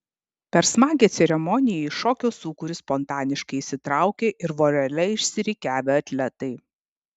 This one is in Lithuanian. per smagią ceremoniją į šokio sūkurį spontaniškai įsitraukė ir vorele išsirikiavę atletai